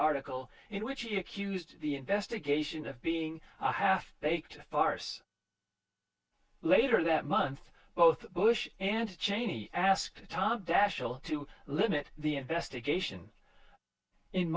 article in which he accused the investigation of being a half baked farce later that month both bush and cheney asked tom daschle to limit the investigation in